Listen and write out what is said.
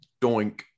doink